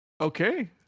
Okay